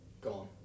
Gone